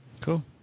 Cool